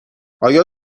آیا